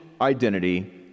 identity